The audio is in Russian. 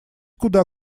куда